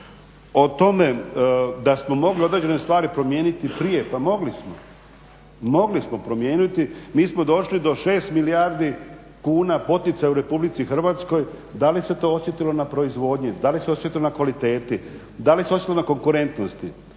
O tome da smo mogli određene stvari promijeniti prije, pa mogli smo. Mogli smo promijeniti, mi smo došli do 6 milijardi kuna poticaja u RH, da li se to osjetilo na proizvodnji? Da li se osjetilo na kvaliteti? Da li se osjetilo na konkurentnosti?